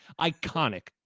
iconic